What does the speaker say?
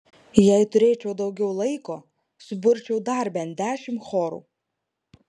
jei turėčiau daugiau laiko suburčiau dar bent dešimt chorų